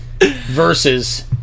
versus